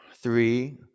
three